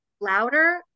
louder